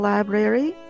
Library